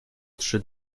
trzy